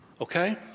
Okay